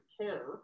care